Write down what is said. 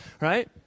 right